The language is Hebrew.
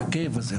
את הכאב הזה,